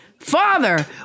father